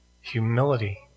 humility